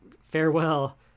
farewell